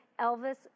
elvis